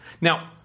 Now